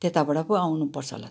तेताबाट पो आउनु पर्छ होला त